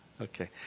Okay